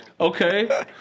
okay